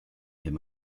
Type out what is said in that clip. him